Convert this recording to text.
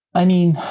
i mean,